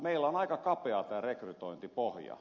meillä on aika kapea tämä rekrytointipohja